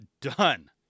Done